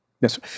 Yes